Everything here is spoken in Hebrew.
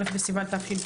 א' בסיון תשפ"ב.